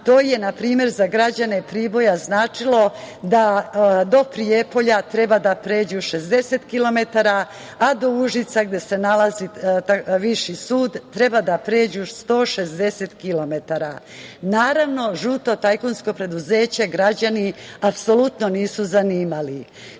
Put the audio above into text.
To je, na primer, za građane Priboja značilo da do Prijepolja treba da pređu 60 kilometara, a do Užica gde se nalazi Viši sud treba da pređu 160 kilometara. Naravno, žuto tajkunsko preduzeće građani apsolutno nisu zanimali,